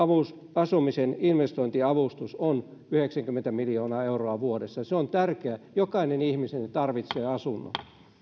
asumisen investointiavustus on yhdeksänkymmentä miljoonaa euroa vuodessa on tärkeää jokainen ihminen tarvitsee asunnon